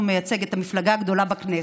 לא מבוטל מאחר שהוא מייצג את המפלגה הגדולה בכנסת,